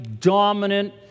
dominant